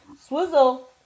Swizzle